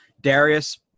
Darius